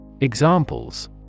Examples